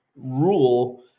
rule